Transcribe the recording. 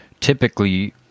typically